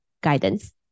guidance